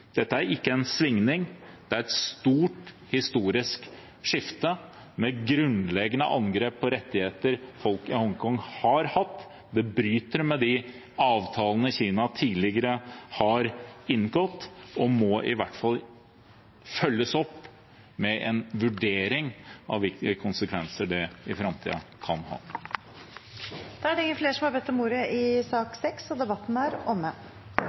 Dette er ikke en svingning, det er et stort, historisk skifte med grunnleggende angrep på rettigheter folk i Hongkong har hatt. Det bryter med de avtalene Kina tidligere har inngått, og må i hvert fall følges opp med en vurdering av hvilke konsekvenser det i framtiden kan ha. Flere har ikke bedt om ordet til sak nr. 6. Presidenten vil ordne debatten